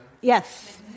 yes